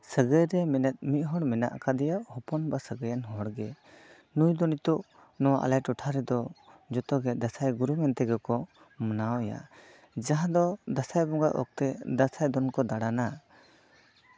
ᱥᱟᱹᱜᱟᱹᱭ ᱨᱮ ᱢᱮᱱᱮᱫ ᱢᱤᱫᱦᱚᱲ ᱢᱮᱱᱟᱜ ᱠᱟᱫᱮᱭᱟ ᱦᱚᱯᱚᱱᱵᱟ ᱥᱟᱹᱜᱟᱹᱭᱟᱱ ᱦᱚᱲᱜᱮ ᱱᱩᱭ ᱫᱚ ᱱᱤᱛᱚᱜ ᱟᱞᱮ ᱴᱚᱴᱷᱟ ᱨᱮᱫᱚ ᱡᱚᱛᱚᱜᱮ ᱫᱟᱸᱥᱟᱭ ᱜᱩᱨᱩ ᱢᱮᱱ ᱛᱮᱜᱮ ᱠᱚ ᱢᱟᱱᱟᱣ ᱮᱭᱟ ᱡᱟᱦᱟᱸ ᱫᱚ ᱫᱟᱸᱥᱟᱭ ᱵᱚᱸᱜᱟ ᱚᱠᱛᱮ ᱫᱟᱸᱥᱟᱭ ᱫᱚᱱ ᱠᱚ ᱫᱟᱲᱟᱱᱟ